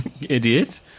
idiot